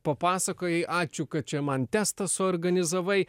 papasakojai ačiū kad čia man testą suorganizavai